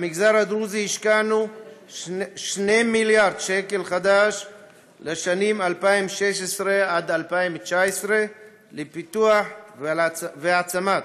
במגזר הדרוזי השקענו 2 מיליארד ש"ח לשנים 2016 2019 לפיתוח והעצמת